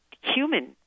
human